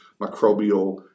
microbial